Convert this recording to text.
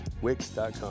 Wix.com